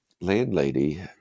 landlady